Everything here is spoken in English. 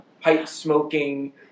pipe-smoking